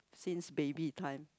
since baby time